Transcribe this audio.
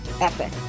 epic